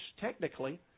technically